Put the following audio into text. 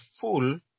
full